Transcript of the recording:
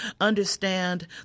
Understand